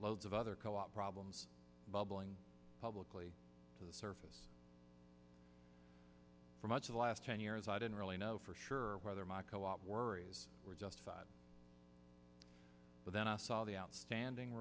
loads of other co op problems bubbling publicly to the surface for much of the last ten years i don't really know for sure whether my co op worries were justified but then i saw the outstanding